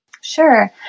Sure